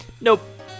Nope